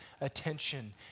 attention